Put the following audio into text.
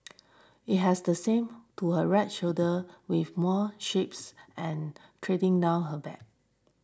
it has the same to her right shoulder with more shapes and trading down her back